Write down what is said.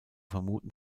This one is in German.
vermuten